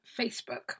Facebook